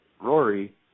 Rory